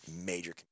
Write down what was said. major